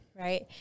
Right